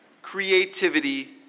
Creativity